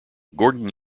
gordon